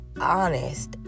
honest